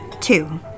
Two